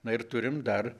na ir turim dar